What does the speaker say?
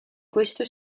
questo